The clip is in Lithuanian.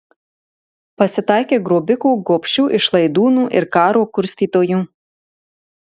pasitaikė grobikų gobšių išlaidūnų ir karo kurstytojų